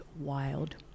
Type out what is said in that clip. wild